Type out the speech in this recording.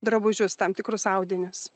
drabužius tam tikrus audinius